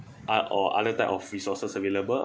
are or other type of resources available